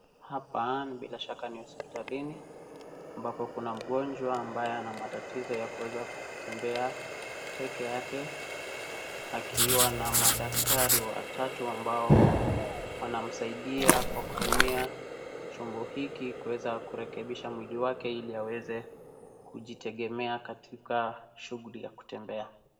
Hapa bila shaka ni hospitalini, kuna mgonjwa ambaye ana matatizo ya kuweza kutembea peke yake akiwa na madaktari watatu ambao wanamsaidia kwa kutumia chombo hiki kuweza kurekebisha mwili wake ili aweze kujitegemea katika shughuli ya kutembea.